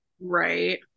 right